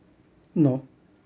no